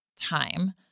time